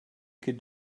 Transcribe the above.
could